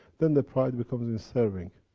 then the pride becomes in serving.